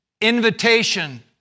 invitation